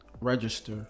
register